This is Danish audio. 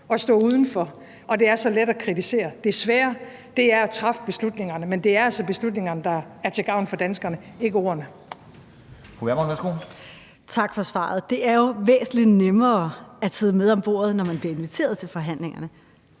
at stå udenfor, og det er så let at kritisere. Det svære er at træffe beslutningerne, men det er altså beslutningerne, der er til gavn for danskerne – ikke ordene.